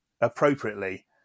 appropriately